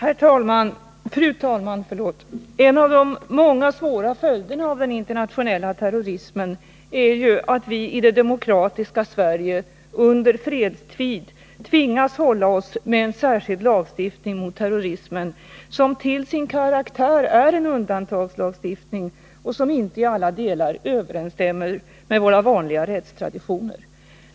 Fru talman! En av de många svåra följderna av den internationella terrorismen är att vi i det demokratiska Sverige under fredstid tvingas hålla oss med en särskild lagstiftning mot terrorism som till sin karaktär är en undantagslagstiftning och som inte i alla delar överensstämmer med våra vanliga rättstraditioner.